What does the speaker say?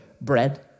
bread